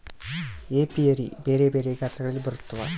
apiary ಬೆರೆ ಬೆರೆ ಗಾತ್ರಗಳಲ್ಲಿ ಬರುತ್ವ